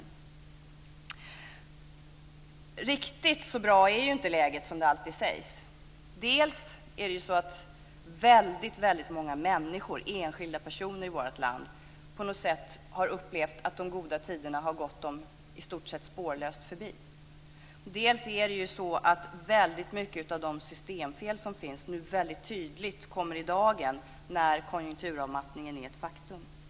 Men riktigt så bra som det alltid sägs är ju inte läget. Dels har väldigt många enskilda personer i vårt land på något sätt upplevt att de goda tiderna gått dem i stort sett spårlöst förbi. Dels är det så att väldigt mycket av de systemfel som finns mycket tydligt kommer i dagen nu när konjunkturavmattningen är ett faktum. Herr talman!